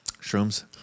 Shrooms